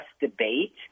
debate